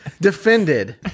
defended